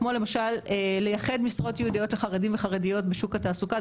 כמו למשל לייחד משרות ייעודיות לחרדים וחרדיות בשוק התעסוקה.